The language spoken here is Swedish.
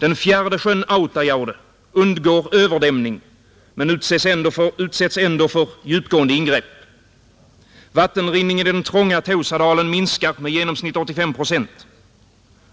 Den fjärde sjön Autajaure undgår överdämning men utsätts ändå för djupgående ingrepp. Vattenrinningen i den trånga Teusadalen minskar med i genomsnitt 85 procent.